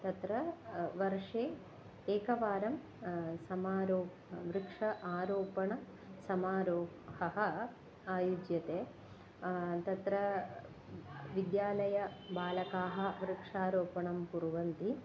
तत्र वर्षे एकवारं समारोहः वृक्षारोपणसमारोहः आयुज्यते तत्र विद्यालयबालकाः वृक्षारोपणं कुर्वन्ति